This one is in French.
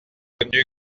connu